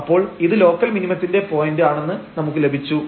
അപ്പോൾ ഇത് ലോക്കൽ മിനിമത്തിന്റെ പോയന്റ് ആണെന്ന് നമുക്ക് ലഭിച്ചു